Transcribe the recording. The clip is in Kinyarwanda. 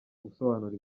gusobanura